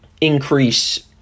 increase